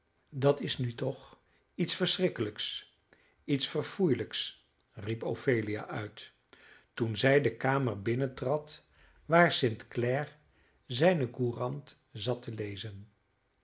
dat is nu toch iets verschrikkelijks iets verfoeielijks riep ophelia uit toen zij de kamer binnentrad waar st clare zijne courant zat te lezen